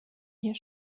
hier